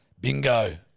Bingo